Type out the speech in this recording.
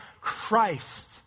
Christ